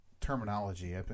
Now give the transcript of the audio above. terminology